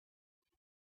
wife